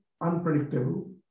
unpredictable